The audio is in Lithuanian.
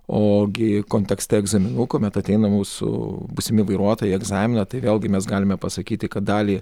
o gi kontekste egzaminų kuomet ateina mūsų būsimi vairuotojai į egzaminą tai vėlgi mes galime pasakyti kad dalį